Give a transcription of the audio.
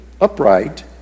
upright